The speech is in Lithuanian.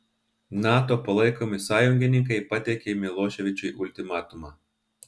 nato palaikomi sąjungininkai pateikė miloševičiui ultimatumą